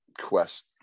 quest